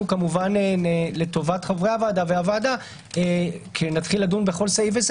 כמובן לטובת חברי הוועדה והוועדה כשנתחיל לדון בסעיפים,